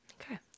Okay